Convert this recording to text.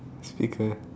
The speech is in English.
speaker